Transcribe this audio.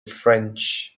french